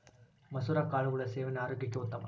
ಮಸುರ ಕಾಳುಗಳ ಸೇವನೆ ಆರೋಗ್ಯಕ್ಕೆ ಉತ್ತಮ